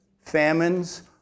famines